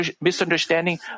misunderstanding